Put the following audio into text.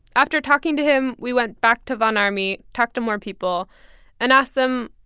after talking to him, we went back to von ormy, talked to more people and asked them,